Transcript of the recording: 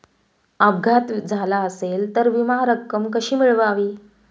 अपघात झाला असेल तर विमा रक्कम कशी मिळवावी?